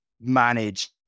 manage